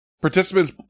participants